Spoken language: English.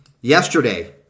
Yesterday